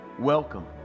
Welcome